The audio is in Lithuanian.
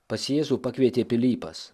pas jėzų pakvietė pilypas